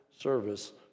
service